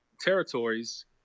territories